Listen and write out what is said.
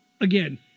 again